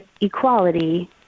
equality